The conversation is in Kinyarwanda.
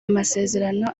amasezerano